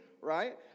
right